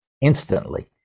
instantly